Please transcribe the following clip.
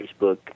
Facebook